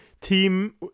team